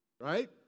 Right